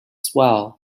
swell